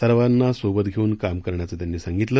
सर्वांना सोबत घेऊन काम करण्याचं त्यांनी सांगितलं